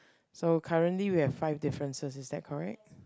so currently we have five differences is that correct